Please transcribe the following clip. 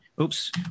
Oops